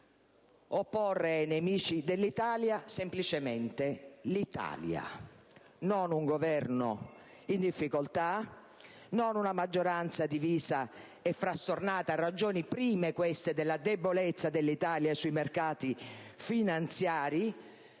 opporre ai nemici dell'Italia semplicemente l'Italia, non un Governo in difficoltà, non una maggioranza divisa e frastornata (ragioni prime della debolezza dell'Italia sui mercati finanziari),